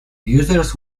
users